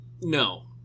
No